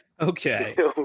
Okay